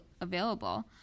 available